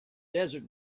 desert